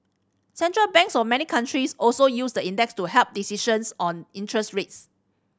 Central Banks of many countries also use the index to help decisions on interest rates